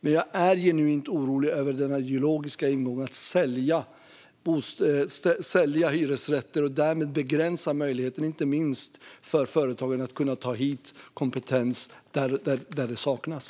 Men jag är genuint orolig över den ideologiska ingången att sälja hyresrätter och därmed begränsa möjligheterna för inte minst företag att kunna ta hit kompetens där den saknas.